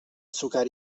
sucar